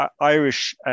Irish